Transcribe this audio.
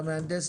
למהנדסת.